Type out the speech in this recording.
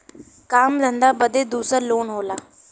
काम धंधा बदे दूसर लोन होला